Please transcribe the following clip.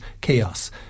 chaos